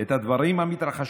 את הדברים המתרחשים,